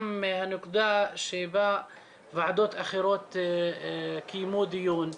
בנקודה שבה ועדות אחרות קיימו דיון.